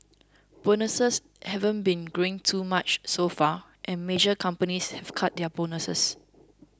bonuses haven't been growing too much so far and major companies have cut their bonuses